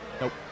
Nope